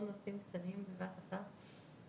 מחלים או שעבר בדיקה בשלושת הימים האחרונים.